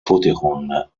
voteront